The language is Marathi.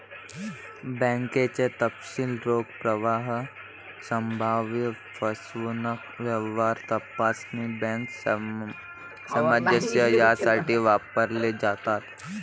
बँकेचे तपशील रोख प्रवाह, संभाव्य फसवणूक, व्यवहार तपासणी, बँक सामंजस्य यासाठी वापरले जातात